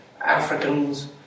Africans